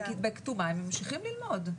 בכתומה הם ממשיכים ללמוד,